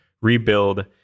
rebuild